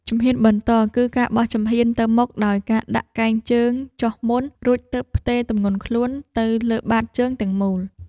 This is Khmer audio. ជំហានបន្តគឺការបោះជំហានទៅមុខដោយការដាក់កែងជើងចុះមុន រួចទើបផ្ទេរទម្ងន់ខ្លួនទៅលើបាតជើងទាំងមូល។